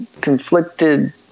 conflicted